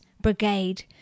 Brigade